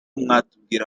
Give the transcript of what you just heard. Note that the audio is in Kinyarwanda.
mwatubwira